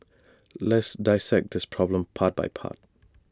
let's dissect this problem part by part